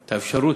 האפשרות.